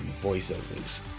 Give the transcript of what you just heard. voiceovers